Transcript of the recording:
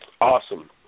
Awesome